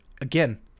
again